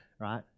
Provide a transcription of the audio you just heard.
right